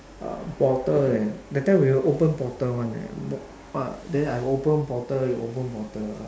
a bottle and that time we don't open bottle one leh bo~ uh then I open bottle you open bottle